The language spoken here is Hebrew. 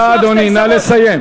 נא לסיים.